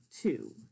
two